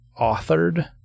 authored